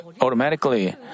automatically